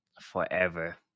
forever